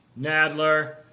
Nadler